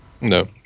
No